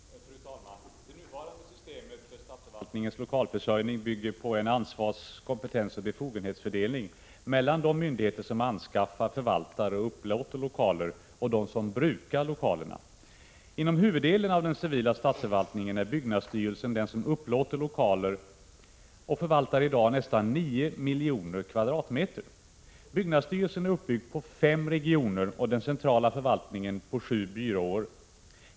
Fru talman! Det nuvarande systemet för statsförvaltningens lokalförsörjning bygger på en ansvars-, kompetensoch befogenhetsfördelning mellan de myndigheter som anskaffar, förvaltar och upplåter lokaler och de som brukar lokalerna. Inom huvuddelen av den civila statsförvaltningen är byggnadsstyrelsen den som upplåter lokaler, och den förvaltar i dag nästan nio miljoner kvadratmeter. Byggnadsstyrelsen är uppbyggd på fem regioner och den centrala förvaltningen på sju byråer.